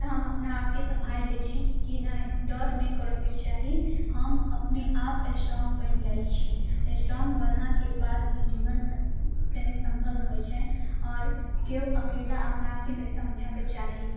तऽ हम अपना आपके सम्हालि लै छी कि नहि डर नहि करऽके चाही हम अपने आप स्ट्रॉग बनि जाइ छी स्ट्रॉग बनलाके बाद ही जीवन कनि समरहल रहै छै आओर केओ अकेला अपना आपके नहि समझऽके चाही